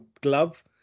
glove